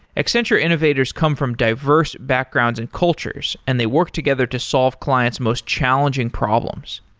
accenture innovators come from diverse backgrounds and cultures and they work together to solve client's most challenging problems.